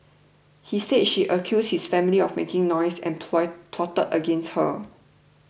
he said she accused his family of making noise and plot plot against her